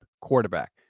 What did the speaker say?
quarterback